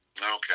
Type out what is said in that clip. Okay